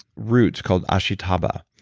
roots called ashitaba,